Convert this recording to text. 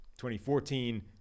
2014